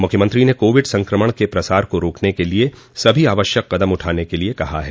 मुख्यमंत्री ने कोविड संकमण के प्रसार को रोकने के लिए सभी आवश्यक कदम उठाने के लिए कहा है